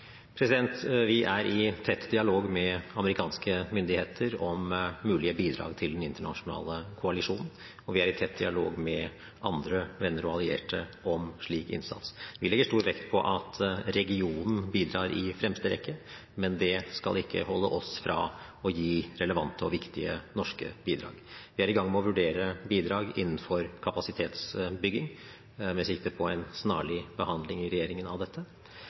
Vi er i tett dialog med amerikanske myndigheter om mulige bidrag til den internasjonale koalisjonen, og vi er i tett dialog med andre venner og allierte om slik innsats. Vi legger stor vekt på at regionen bidrar i fremste rekke, men det skal ikke holde oss fra å gi relevante og viktige norske bidrag. Vi er i gang med å vurdere bidrag innenfor kapasitetsbygging med sikte på en snarlig behandling i regjeringen av dette.